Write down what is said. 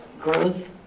growth